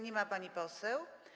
Nie ma pani poseł.